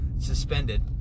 suspended